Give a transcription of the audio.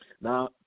Now